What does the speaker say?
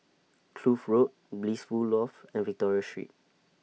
Kloof Road Blissful Loft and Victoria Street